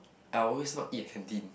I always not eat at canteen